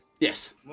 Yes